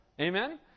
Amen